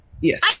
Yes